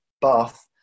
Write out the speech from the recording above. bath